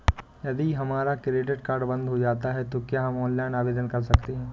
यदि हमारा credit card बंद हो जाता है तो क्या हम ऑनलाइन आवेदन कर सकते हैं?